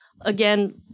Again